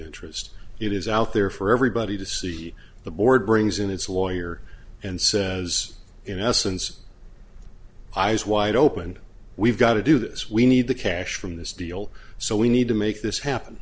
interest it is out there for everybody to see the board brings in his lawyer and says in essence eyes wide open we've got to do this we need the cash from this deal so we need to make this happen